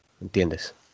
¿entiendes